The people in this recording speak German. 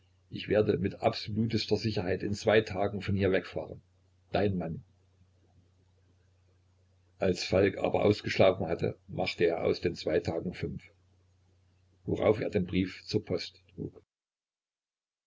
ich werde mit absolutester sicherheit in zwei tagen von hier wegfahren dein mann als falk aber ausgeschlafen hatte machte er aus den zwei tagen fünf worauf er den brief zur post trug